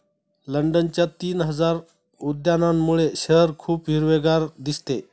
लंडनच्या तीन हजार उद्यानांमुळे शहर खूप हिरवेगार दिसते